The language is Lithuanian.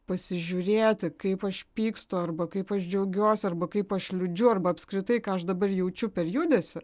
pasižiūrėti kaip aš pykstu arba kaip aš džiaugiuosi arba kaip aš liūdžiu arba apskritai ką aš dabar jaučiu per judesį